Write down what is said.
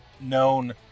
known